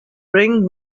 ring